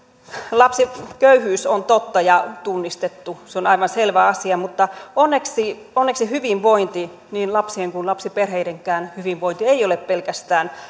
lapsiköyhyys on totta ja tunnistettu se on aivan selvä asia mutta onneksi onneksi hyvinvointi niin lapsien kuin lapsiperheidenkään hyvinvointi ei ole pelkästään